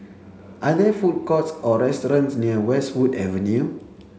are there food courts or restaurants near Westwood Avenue